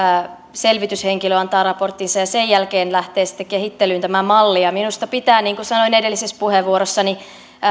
selvityshenkilö antaa raporttinsa ja sen jälkeen lähtee sitten kehittelyyn tämä malli minusta pitää niin kuin sanoin edellisessä puheenvuorossani